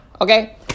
Okay